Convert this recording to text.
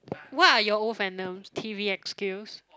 what are your old fandoms t_v_x_q